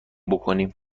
بکنیم